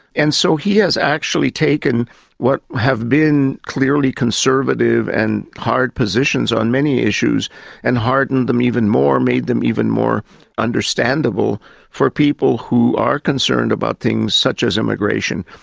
and so he has actually taken what have been clearly conservative and hard positions on many issues and hardened them even more, made them even more understandable for people who are concerned about things such as immigration,